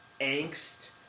angst